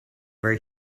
where